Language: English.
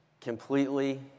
completely